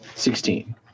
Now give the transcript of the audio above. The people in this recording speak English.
Sixteen